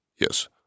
Yes